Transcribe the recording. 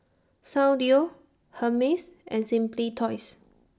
Soundteoh Hermes and Simply Toys